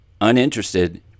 uninterested